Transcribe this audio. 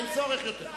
אין צורך יותר.